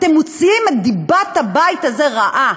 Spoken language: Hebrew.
אתם מוציאים דיבת הבית הזה רעה,